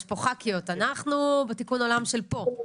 יש פה ח"כיות, אנחנו בתיקון עולם של פה.